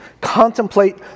contemplate